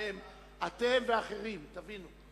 אתם ואחרים, תבינו.